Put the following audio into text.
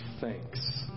thanks